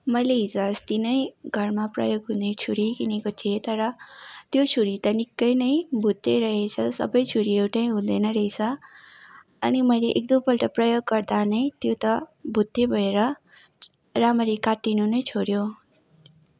मैले हिजो अस्ति नै घरमा प्रयोग हुने छुरी किनेको थिएँ तर त्यो छुरी त निकै नै भुत्ते रहेछ सबै छुरी एउटै हुँदैन रहेछ अनि मैले एक दुईपल्ट प्रयोग गर्दा नै त्यो त भुत्ते भएर रामरी काटिनु नै छोड्यो